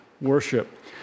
worship